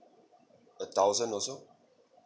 a thousand also